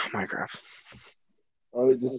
Minecraft